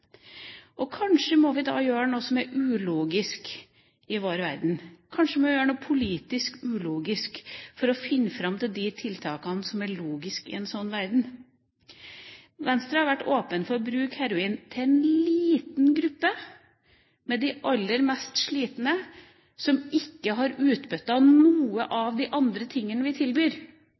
Kanskje må vi gjøre noe som er ulogisk i vår verden. Kanskje vi må gjøre noe politisk ulogisk for å finne fram til de tiltakene som er logisk i en sånn verden. Venstre har vært åpen for å bruke heroin til en liten gruppe med de aller mest slitne, som ikke har utbytte av noen av de andre tingene vi tilbyr.